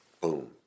boom